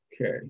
Okay